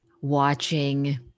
watching